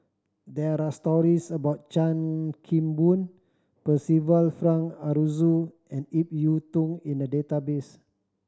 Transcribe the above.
there are stories about Chan Kim Boon Percival Frank Aroozoo and Ip Yiu Tung in the database